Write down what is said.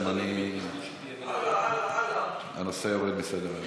נאזם, הנושא יורד מסדר-היום.